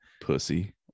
Pussy